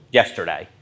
yesterday